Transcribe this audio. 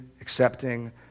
accepting